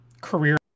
Career